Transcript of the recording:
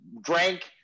drank